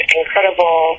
incredible